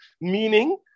meaning